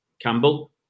Campbell